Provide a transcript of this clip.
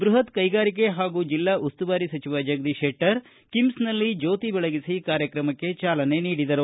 ಬೃಹತ್ ಕೈಗಾರಿಕೆ ಹಾಗೂ ಜಿಲ್ಲಾ ಉಸ್ತುವಾರಿ ಸಚಿವ ಜಗದೀಶ ಶೆಟ್ಟರ್ ಕಿಮ್ಸ್ನಲ್ಲಿ ಜ್ಯೋತಿ ಬೆಳಗಿಸಿ ಕಾರ್ಯಕ್ರಮಕ್ಕೆ ಚಾಲನೆ ನೀಡಿದರು